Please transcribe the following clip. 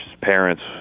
parents